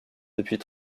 depuis